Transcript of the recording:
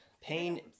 Pain